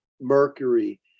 Mercury